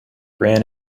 bran